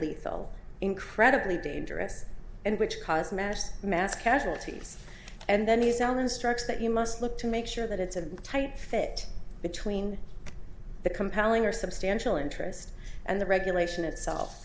lethal incredibly dangerous and which cause mass mass casualties and then these are instructs that you must look to make sure that it's a tight fit between the compelling or substantial interest and the regulation itself